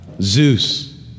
Zeus